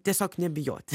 tiesiog nebijoti